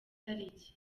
tariki